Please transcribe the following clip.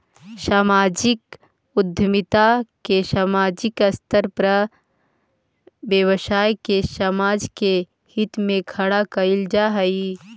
सामाजिक उद्यमिता में सामाजिक स्तर पर व्यवसाय के समाज के हित में खड़ा कईल जा हई